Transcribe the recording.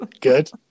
Good